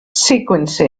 sequence